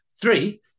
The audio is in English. Three